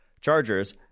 chargers